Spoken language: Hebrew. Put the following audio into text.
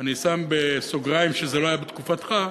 אני שם בסוגריים שזה לא היה בתקופתך,